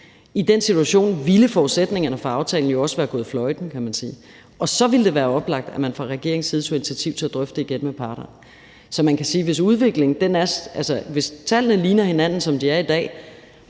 I den situation ville forudsætningerne fra aftalen jo også være gået fløjten, kan man sige, og så ville det være oplagt, at man fra regeringens side tog initiativ til at drøfte det igen med parterne. Hvis tallene ligner hinanden, som de er i dag,